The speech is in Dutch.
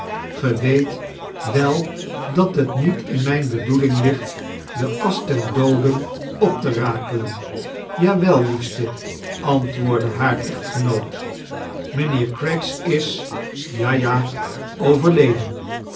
gie weet wel dat het niet in mijn hedoeling mgt de asch der dooden op te rakeleii jawel liafste antwoordde haar echtgenoot mijnheeir craggs is ja ja overleden